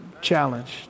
challenge